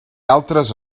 altres